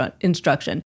instruction